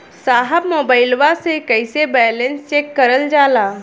साहब मोबइलवा से कईसे बैलेंस चेक करल जाला?